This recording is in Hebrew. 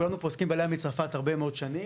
כולנו פה עוסקים בעלייה מצרפת הרבה מאוד שנים,